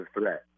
threat